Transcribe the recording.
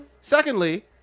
Secondly